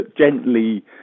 gently